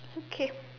okay